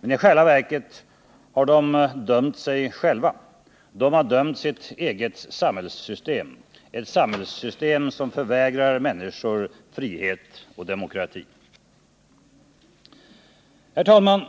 men i själva verket har den dömt sig själv. Den har dömt sitt eget samhällssystem, ett samhällssystem som förvägrar människor frihet och demokrati. Herr talman!